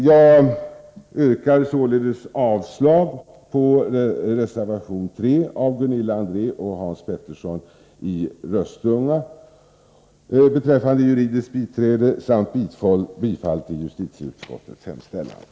Jag yrkar således avslag på reservation 3 av Gunilla André och Hans Petersson i Röstånga beträffande juridiskt biträde samt bifall till justitieutskottets hemställan.